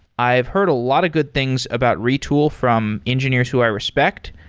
i've heard a lot of good things about retool from engineers who i respect.